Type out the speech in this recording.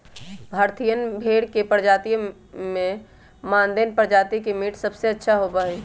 भारतीयन भेड़ के प्रजातियन में मानदेय प्रजाति के मीट सबसे अच्छा होबा हई